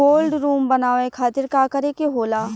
Cold room बनावे खातिर का करे के होला?